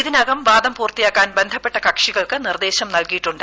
ഇതിനകം വാദം പൂർത്തിയാക്കാൻ ബന്ധപ്പെട്ട കക്ഷികൾക്ക് നിർദ്ദേശം നൽകിയിട്ടുണ്ട്